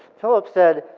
philip said,